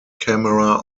camera